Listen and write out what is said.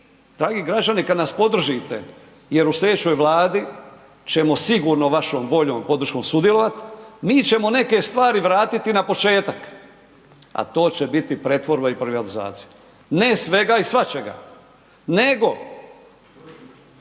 dragi građani kad nas podržite, jer u slijedećoj vladi ćemo sigurno vašom voljom, podrškom sudjelovati, mi ćemo neke stvari vratiti na početak, a to će biti pretvorba i privatizacija. Ne svega i svačega nego